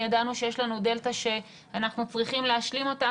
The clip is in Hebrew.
ידענו שיש לנו דלתא שאנחנו צריכים להשלים אותה.